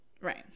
Right